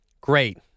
Great